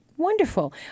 wonderful